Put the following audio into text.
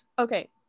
Okay